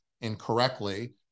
incorrectly